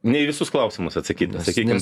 ne į visus klausimus atsakyta sakykim